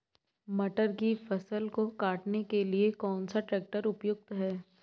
मटर की फसल को काटने के लिए कौन सा ट्रैक्टर उपयुक्त है?